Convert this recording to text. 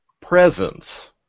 presence